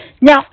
Now